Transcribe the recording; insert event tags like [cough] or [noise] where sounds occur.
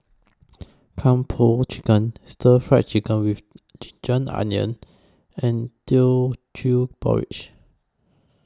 [noise] Kung Po Chicken Stir Fried Chicken with Ginger Onions and Teochew Porridge